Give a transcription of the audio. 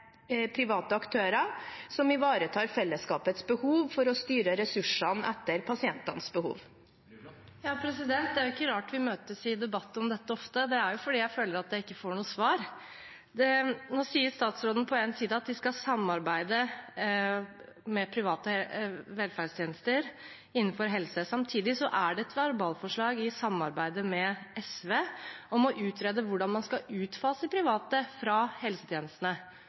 private aktører som ivaretar fellesskapets behov for å styre ressursene etter pasientenes behov. Det er ikke rart at vi møtes i debatt om dette ofte, det er jo fordi jeg føler at jeg ikke får noe svar. Nå sier statsråden på den ene siden at de skal samarbeide med private velferdstjenester innenfor helse, samtidig er det et verbalforslag i samarbeidet med SV om å utrede hvordan man skal utfase private fra helsetjenestene.